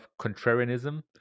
contrarianism